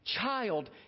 child